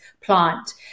plant